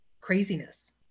craziness